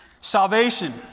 salvation